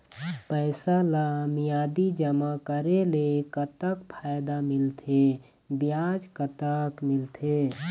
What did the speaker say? पैसा ला मियादी जमा करेले, कतक फायदा मिलथे, ब्याज कतक मिलथे?